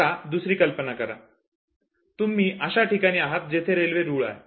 आता दुसरी कल्पना करा तुम्ही अशा ठिकाणी आहात जेथे रेल्वे रूळ आहे